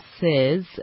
says